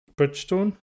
Bridgestone